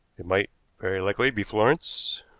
it might very likely be florence.